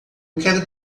quero